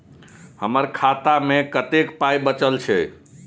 हमर खाता मे कतैक पाय बचल छै